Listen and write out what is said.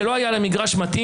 שלא היה לה מגרש מתאים,